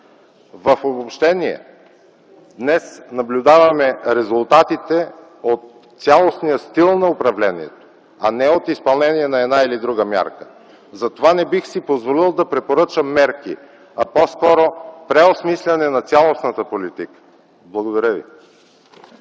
В обобщение, днес наблюдаваме резултатите от цялостния стил на управлението, а не от изпълнение на една или друга мярка. Затова не бих си позволил да препоръчам мерки, а по-скоро преосмисляне на цялостната политика. Благодаря ви.